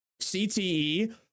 CTE